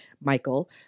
Michael